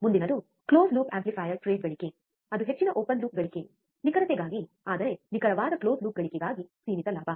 ಮುಂದಿನದು close loop amplifier trade ಗಳಿಕೆ ಅದು ಹೆಚ್ಚಿನ ಓಪನ್ ಲೂಪ್ ಗಳಿಕೆ ನಿಖರತೆಗಾಗಿ ಆದರೆ ನಿಖರವಾದ ಕ್ಲೋಸ್ ಲೂಪ್ ಗಳಿಕೆಗಾಗಿ ಸೀಮಿತ ಲಾಭ